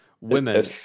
Women